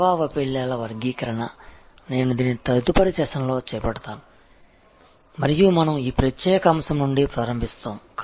సేవా వైఫల్యాల వర్గీకరణ నేను దీనిని తదుపరి సెషన్లో చేపడతాను మరియు మనం ఈ ప్రత్యేక అంశం నుండి ప్రారంభిస్తాము